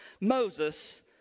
Moses